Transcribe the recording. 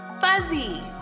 fuzzy